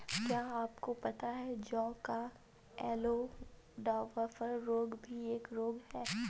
क्या आपको पता है जौ का येल्लो डवार्फ रोग भी एक रोग है?